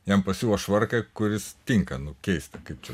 jam pasiuvo švarką kuris tinka nu keista kaip čia